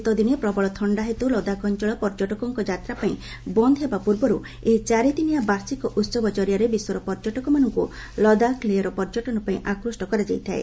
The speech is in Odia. ଶୀତଦିନେ ପ୍ରବଳ ଥଖା ହେତୁ ଲଦାଖ ଅଞ୍ଚଳ ପର୍ଯ୍ୟଟକଙ୍କ ଯାତ୍ରା ପାଇଁ ବନ୍ଦ ହେବା ପୂର୍ବରୁ ଏହି ଚାରିଦିନିଆ ବାର୍ଷିକ ଉତ୍ସବ ଜରିଆରେ ବିଶ୍ୱର ପର୍ଯ୍ୟଟକମାନଙକୁ ଲଦାଖ ଲେହର ପର୍ଯ୍ୟଟନ ପାଇଁ ଆକୃଷ୍ଟ କରାଯାଇଥାଏ